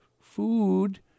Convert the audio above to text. food